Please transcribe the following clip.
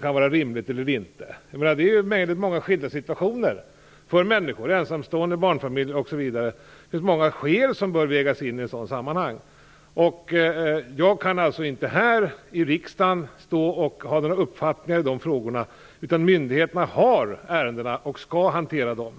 kan vara rimligt. Det handlar om många skilda situationer för människor - ensamstående, barnfamiljer osv. - och det finns många skäl som bör vägas in i ett sådant här sammanhang. Jag kan alltså inte här i riksdagen stå och ha några uppfattningar i de frågorna, utan det är myndigheterna som har ärendena och skall hantera dem.